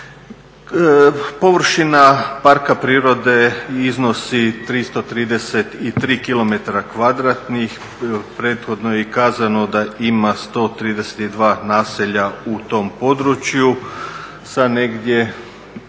Površina parka prirode iznosi 333 km2, prethodno je i kazano da ima 132 naselja u tom području sa negdje